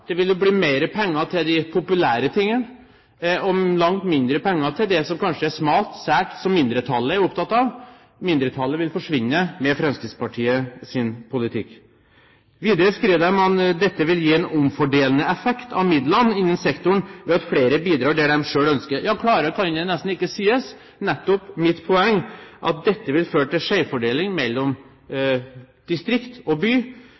det ville blitt mer penger til de populære tingene, og langt mindre til det som kanskje er smalt, sært, som mindretallet er opptatt av. Mindretallet vil forsvinne med Fremskrittspartiets politikk. Videre skriver de at dette vil «gi en omfordelende effekt av midlene innen sektoren ved at flere bidrar der de selv ønsker». Ja, klarere kan det nesten ikke sies. Det er nettopp mitt poeng at dette vil føre til skjevfordeling mellom distrikt og by,